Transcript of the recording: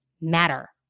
matter